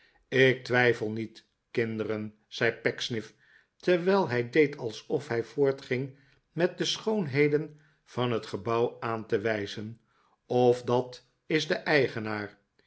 ik twijfel niet kinderen zei pecksniff terwijl hij deed alsof hij voortging met de schoonheden van het gebouw aan te wijzen of dat is de eigenaar